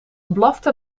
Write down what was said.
blafte